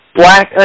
black